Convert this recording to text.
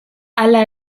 hala